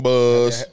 Buzz